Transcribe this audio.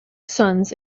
sons